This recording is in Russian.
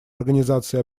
организации